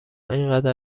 اینقدر